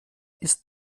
ist